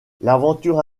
l’aventure